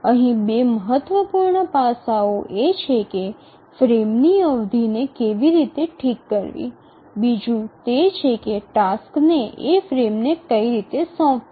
અહીં બે મહત્વપૂર્ણ પાસાંઓ એ છે કે ફ્રેમની અવધિને કેવી રીતે ઠીક કરવી બીજું તે છે કે તે ટાસક્સ એ ફ્રેમ્સને કઈ રીતે સોંપવા